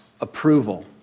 approval